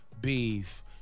beef